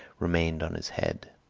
remained on his head.